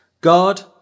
God